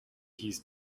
his